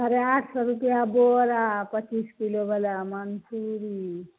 साढ़े आठ सए रुपआ बोरा पचीस किलो बला मँसूरी